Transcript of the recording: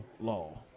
Law